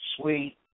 sweet